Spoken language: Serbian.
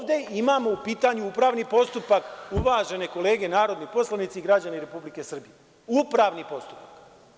Dakle, ovde imamo u pitanju upravni postupak, uvažene kolege narodni poslanici i građani Republike Srbije, upravni postupak.